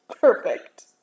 Perfect